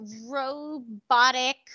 robotic